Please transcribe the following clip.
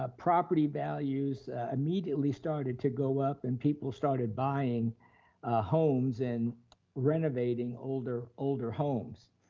ah property values immediately started to go up and people started buying homes and renovating older older homes.